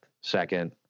second